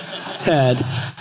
Ted